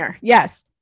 yes